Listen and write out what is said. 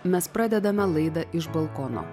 mes pradedame laidą iš balkono